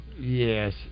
Yes